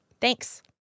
Thanks